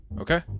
Okay